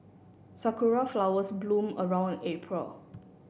sakura flowers bloom around April